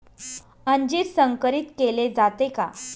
अंजीर संकरित केले जाते का?